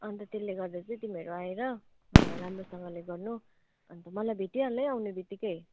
अन्त तेल्ले गर्दा चाहिँ तिमीहरू आएर राम्रोसँगले गर्नु अन्त मलाई भेटिहाल्नु है आउने बित्तिकै